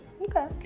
Okay